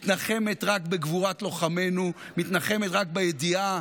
מתנחמת רק בגבורת לוחמינו, מתנחמת רק בידיעה